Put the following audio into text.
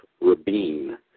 Rabin